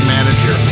Manager